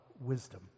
wisdom